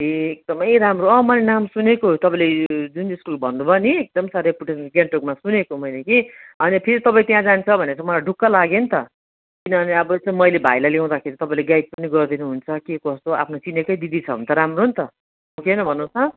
ए एकदमै राम्रो अँ मैले नाम सुनेको तपाईँले जुन स्कुल भन्नुभयो नि एकदम छ रेप्युटेसन गान्तोकमा सुनेको मैले कि अन्त फेरि तपाईँ त्यहाँ जान्छ भनेर चाहिँ मलाई ढुक्क लाग्यो नि त किनभने अब चाहिँ मैले भाइलाई ल्याउँदाखेरि तपाईँले गाइड पनि गरिदिनु हुन्छ के कस्तो आफ्नो चिनेकै दिदी छ भने त राम्रो नि त हो कि होइन भन्नुहोस् त